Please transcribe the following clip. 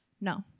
No